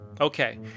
Okay